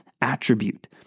attribute